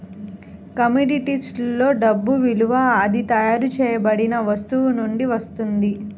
commodities లో డబ్బు విలువ అది తయారు చేయబడిన వస్తువు నుండి వస్తుంది